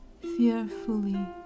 fearfully